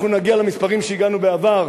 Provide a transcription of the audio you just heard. אנחנו נגיע למספרים שהגענו בעבר,